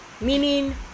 meaning